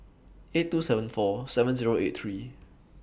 eight two seven four seven Zero eight three